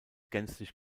gänzlich